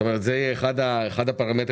זה יהיה אחד הפרמטרים?